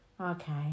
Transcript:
Okay